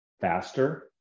faster